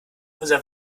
unser